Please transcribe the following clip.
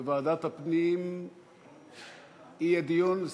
בוועדת הפנים יהיה דיון.